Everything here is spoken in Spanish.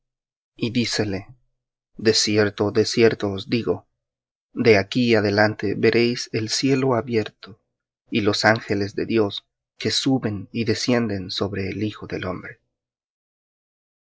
dícele de cierto de cierto os digo de aquí adelante veréis el cielo abierto y los ángeles de dios que suben y descienden sobre el hijo del hombre